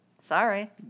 Sorry